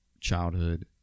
childhood